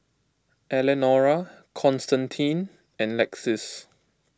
Elenora Constantine and Lexis